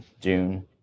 June